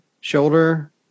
Shoulder